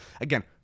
Again